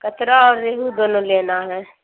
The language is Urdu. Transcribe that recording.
کتلا اور ریہو دونوں لینا ہے